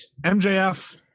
mjf